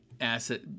asset